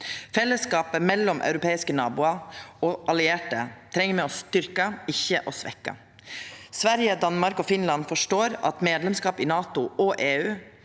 Fellesskapet mellom europeiske naboar og allierte treng me å styrkja, ikkje å svekkja. Sverige, Danmark og Finland forstår at medlemskap i NATO og EU